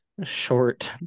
short